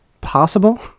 possible